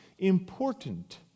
important